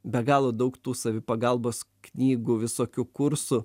be galo daug tų savipagalbos knygų visokių kursų